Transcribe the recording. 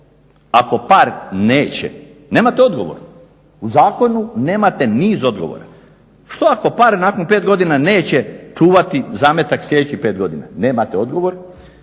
ako par neće, nemate odgovor, u zakonu nemate niz odgovora. Što ako par nakon 5 godina neće čuvati zametak sljedećih 5 godina? Nemate odgovor